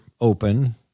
open